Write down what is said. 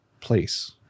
place